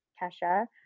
Kesha